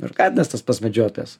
ir katinas tas pats medžiotojas